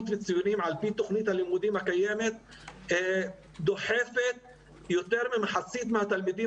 וציונים על פי תוכנית הלימודים הקיימת דוחפת יותר ממחצית מהתלמידים